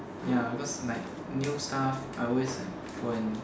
ya because like new stuff I always like go and